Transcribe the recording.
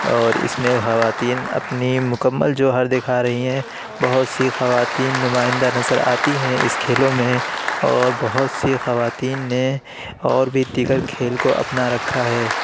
اور اس میں خواتین اپنی مکمل جوہر دکھا رہی ہیں بہت سی خواتین نمائندہ نظر آتی ہیں اس کھیلوں میں اور بہت سی خواتین نے اور بھی دیگر کھیل کو اپنا رکھا ہے